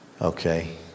Okay